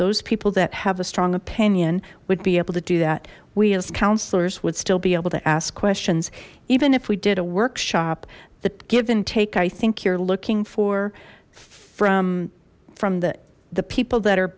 those people that have a strong opinion would be able to do that we as counselors would still be able to ask questions even if we did a workshop that give and take i think you're looking for from from the the people that are